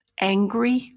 angry